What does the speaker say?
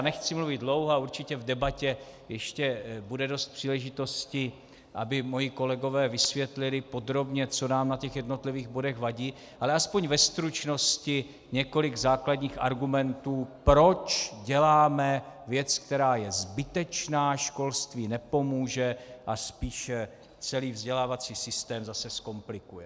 Nechci mluvit dlouho a určitě v debatě bude dost příležitostí, aby moji kolegové vysvětlili podrobně, co nám na jednotlivých bodech vadí, ale aspoň ve stručnosti několik základních argumentů, proč děláme věc, která je zbytečná, školství nepomůže a spíše celý vzdělávací systém zase zkomplikuje.